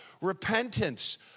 repentance